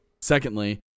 secondly